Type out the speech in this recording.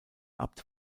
abt